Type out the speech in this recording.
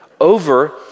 over